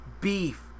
beef